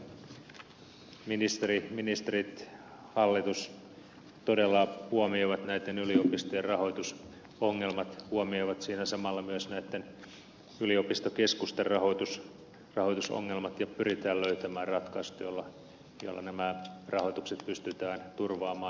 toivon todella että ministerit ja hallitus todella huomioivat näiden yliopistojen rahoitusongelmat huomioivat siinä samalla myös näitten yliopistokeskusten rahoitusongelmat ja pyritään löytämään ratkaisut joilla nämä rahoitukset pystytään turvaamaan